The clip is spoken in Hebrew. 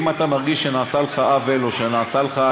אם אתה מרגיש שנעשה לך עוול או שנעשתה כלפיך